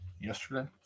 yesterday